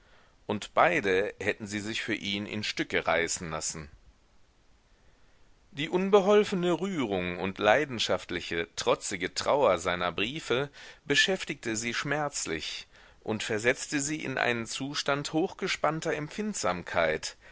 und beide hätten sie sich für ihn in stücke reißen lassen die unbeholfene rührung und leidenschaftliche trotzige trauer seiner briefe beschäftigte sie schmerzlich und versetzte sie in einen zustand hochgespannter empfindsamkeit